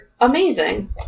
amazing